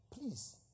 please